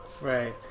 Right